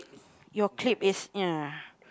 your clip is ya